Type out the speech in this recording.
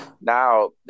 now